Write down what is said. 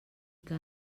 que